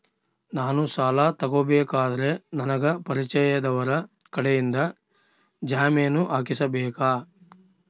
ನಾನು ಸಾಲ ತಗೋಬೇಕಾದರೆ ನನಗ ಪರಿಚಯದವರ ಕಡೆಯಿಂದ ಜಾಮೇನು ಹಾಕಿಸಬೇಕಾ?